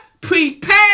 prepare